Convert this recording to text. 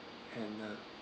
anna